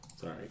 Sorry